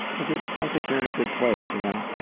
well dude, it sounds like you're in a good place, you know.